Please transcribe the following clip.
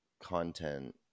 content